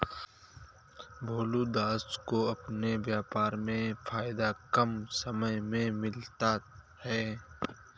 भोलू दास को अपने व्यापार में फायदा कम समय में मिलता है